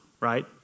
right